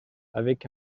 avec